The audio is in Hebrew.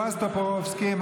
בועז טופורובסקי,